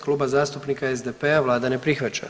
Kluba zastupnika SDP-a, vlada ne prihvaća.